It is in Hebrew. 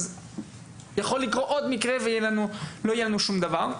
אז יכול לקרות עוד מקרה ולא יהיה לנו שום דבר.